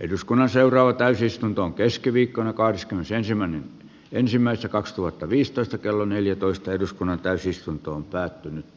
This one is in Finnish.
eduskunnan seuraava täysistuntoon keskiviikkona kahdeskymmenesensimmäinen ensimmäistä kaksituhattaviisitoista rakentamiseen eivätkä johonkin pienten länttien mittaamiseen